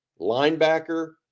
Linebacker